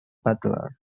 butler